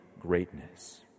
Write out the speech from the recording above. greatness